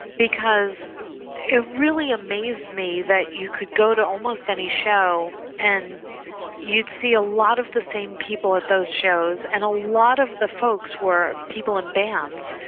because it really amazed me that you could go to almost any show and you'd see a lot of the same people at those shows and a lot of the folks were people in bands,